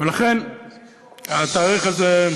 ולכן התאריך הזה,